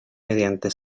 mediante